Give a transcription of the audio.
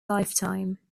lifetime